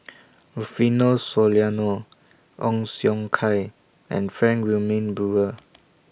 Rufino Soliano Ong Siong Kai and Frank Wilmin Brewer